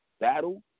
battle